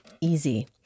easy